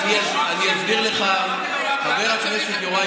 הממשלה אישרה כבר את הצעת החוק הזו בקריאה